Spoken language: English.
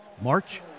March